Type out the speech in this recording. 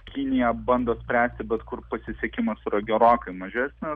kinija bando spręsti bet kur pasisekimas yra gerokai mažesnis